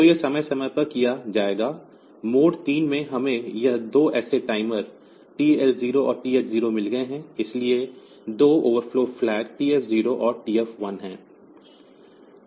तो यह समय समय पर किया जाएगा मोड 3 में हमें यह 2 ऐसे टाइमर TL 0 और TH 0 मिल गए हैं इसलिए 2 ओवरफ्लो फ्लैग TF0 और TF1 हैं